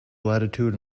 latitude